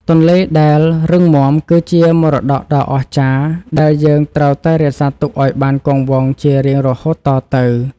ទន្លេដែលរឹងមាំគឺជាមរតកដ៏អស្ចារ្យដែលយើងត្រូវតែរក្សាទុកឱ្យបានគង់វង្សជារៀងរហូតតទៅ។